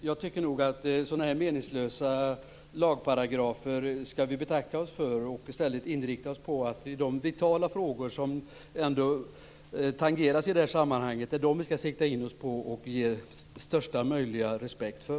Jag tycker nog att vi skall betacka oss för sådana här meningslösa lagparagrafer och i stället inrikta oss på de vitala frågor som tangeras i det här sammanhanget. Det är dem vi skall sikta in oss på och ge största möjliga respekt för.